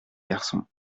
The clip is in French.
garçon